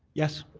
yes.